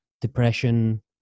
depression